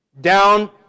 down